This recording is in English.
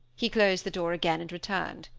he closed the door again and returned.